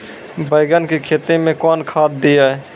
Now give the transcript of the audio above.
बैंगन की खेती मैं कौन खाद दिए?